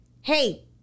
hey